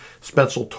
Spencer